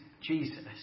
Jesus